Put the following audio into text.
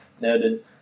noted